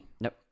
Nope